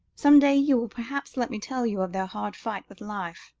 some day you will perhaps let me tell you of their hard fight with life,